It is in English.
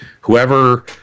whoever